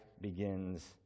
begins